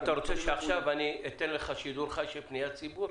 אתה רוצה שאתן לך עכשיו שידור חי של פניית ציבור?